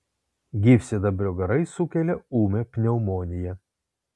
gyvsidabrio garai sukelia ūmią pneumoniją